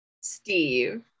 steve